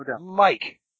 Mike